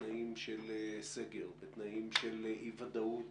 שבתנאים של סגר, בתנאים של אי ודאות